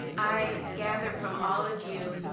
i gather from all of you,